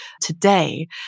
today